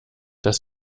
das